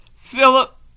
Philip